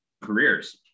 careers